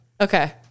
Okay